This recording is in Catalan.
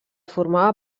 formava